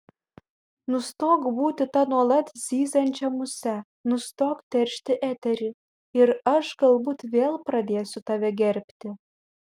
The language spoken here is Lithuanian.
nustok būti ta nuolat zyziančia muse nustok teršti eterį ir aš galbūt vėl pradėsiu tave gerbti